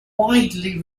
widely